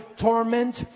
torment